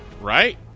right